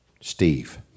Steve